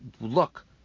look